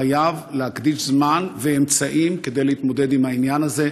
חייב להקדיש זמן ואמצעים כדי להתמודד עם העניין הזה,